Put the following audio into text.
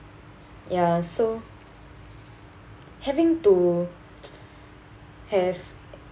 ya so having to have